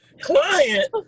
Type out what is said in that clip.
Client